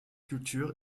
culture